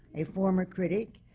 a former critic,